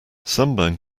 sunburn